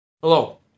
Hello